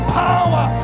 power